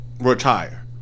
retire